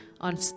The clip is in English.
on